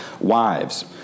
Wives